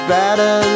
better